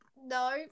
No